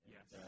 Yes